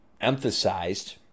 emphasized